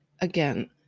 again